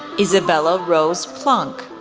isabella rose plonk,